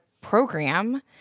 program